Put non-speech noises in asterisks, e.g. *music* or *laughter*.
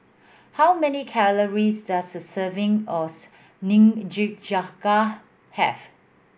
how many calories does a serving *unintelligible* Nikujaga have